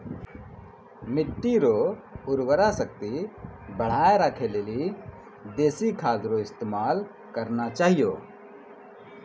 मिट्टी रो उर्वरा शक्ति बढ़ाएं राखै लेली देशी खाद रो इस्तेमाल करना चाहियो